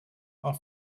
are